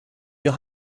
your